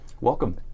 Welcome